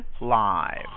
live